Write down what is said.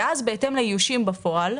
בהתאם לאיושים בפועל,